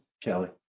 Kelly